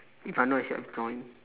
if I know I should have joined